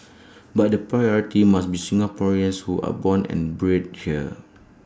but the priority must be Singaporeans who are born and bred here